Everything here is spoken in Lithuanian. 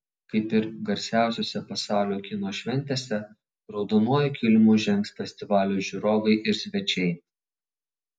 kaip ir garsiausiose pasaulio kino šventėse raudonuoju kilimu žengs festivalio žiūrovai ir svečiai